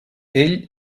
ell